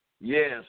Yes